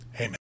Amen